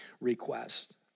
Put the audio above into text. request